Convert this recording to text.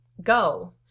Go